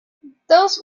those